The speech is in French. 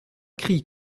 cri